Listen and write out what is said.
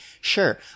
sure